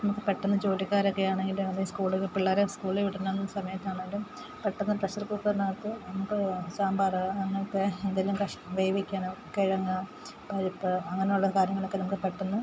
നമുക്കു പെട്ടെന്നു ജോലിക്കാരൊക്കെയാണെങ്കിലുമതെ സ്കൂളിൽ പിള്ളേരെ സ്കൂളിൽ വിടണ സമയത്താണെങ്കിലും പെട്ടെന്നു പ്രഷർ കുക്കറിനകത്ത് നമുക്ക് സാമ്പാർ അങ്ങനത്തെ എന്തെങ്കിലും കഷ് വേവിക്കാനൊ കിഴങ്ങ് പരിപ്പ് അങ്ങനെയുള്ള കാര്യങ്ങളൊക്കെ നമുക്കു പെട്ടെന്നു